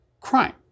crime